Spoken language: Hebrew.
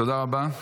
תודה רבה.